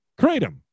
Kratom